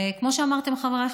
וכמו שאמרתם לפניי,